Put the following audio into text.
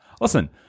Listen